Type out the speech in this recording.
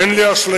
אין לי אשליה,